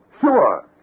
Sure